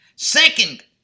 Second